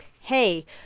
hey